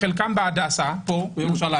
חלקן בהדסה פה בירושלים.